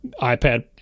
iPad